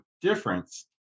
difference